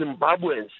Zimbabweans